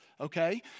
okay